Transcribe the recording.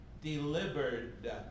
delivered